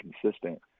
consistent